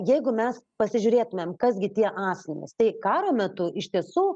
jeigu mes pasižiūrėtumėm kas gi tie asmenys tai karo metu iš tiesų